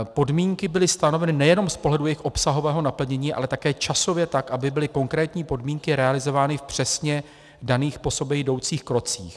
Podmínky byly stanoveny nejenom z pohledu jejich obsahového naplnění, ale také časově tak, aby byly konkrétní podmínky realizovány v přesně daných po sobě jdoucích krocích.